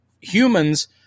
Humans